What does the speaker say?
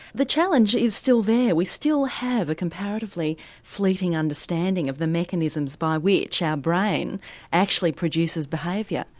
the challenge is still there, we still have a comparatively fleeting understanding of the mechanisms by which our brain actually produces behaviour.